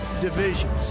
divisions